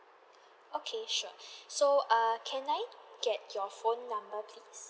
okay sure so err can I get your phone number please